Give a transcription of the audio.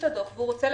רבותיי,